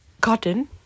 cotton